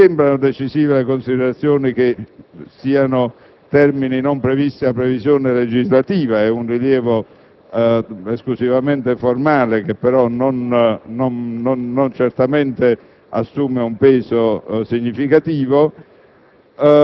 Non mi sembrano decisive le considerazioni che siano termini non previsti da previsione legislativa: è un rilievo esclusivamente formale che certamente non assume un peso significativo.